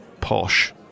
posh